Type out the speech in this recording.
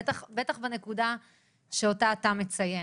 בטח הנקודה שאותה אתה מציין.